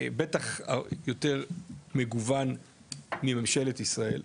בטח יותר מגוון ממשלת ישראל,